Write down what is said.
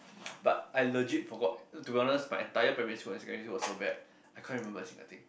but I legit forgot to be honest my entire primary school and secondary school was so bad I can't remember a single thing